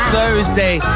Thursday